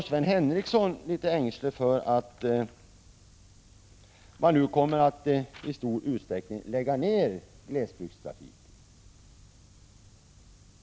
Sven Henricsson var litet ängslig för att man nu i stor utsträckning kommer att lägga ned glesbygdstrafik.